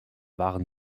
waren